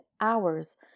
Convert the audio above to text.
hours